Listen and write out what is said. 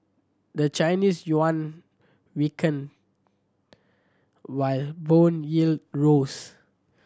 the Chinese yuan weakened while bond yield rose